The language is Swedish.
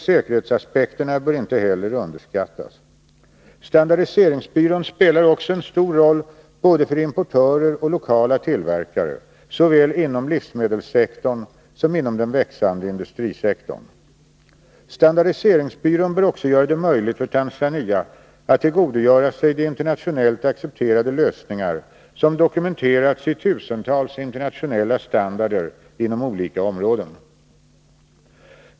Hälsooch säkerhetsaspekterna bör inte heller underskattas. Standardiseringsbyrån spelar också en stor roll både för importörer och lokala tillverkare såväl inom livsmedelssektorn som inom den växande industrisektorn. Standardiseringsbyrån bör också göra det möjligt för Tanzania att tillgodogöra sig de internationellt accepterade lösningar som dokumenterats i tusentals internationella standarder inom olika områden.